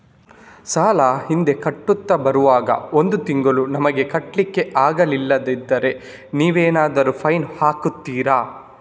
ಸಾಲ ಹಿಂದೆ ಕಟ್ಟುತ್ತಾ ಬರುವಾಗ ಒಂದು ತಿಂಗಳು ನಮಗೆ ಕಟ್ಲಿಕ್ಕೆ ಅಗ್ಲಿಲ್ಲಾದ್ರೆ ನೀವೇನಾದರೂ ಫೈನ್ ಹಾಕ್ತೀರಾ?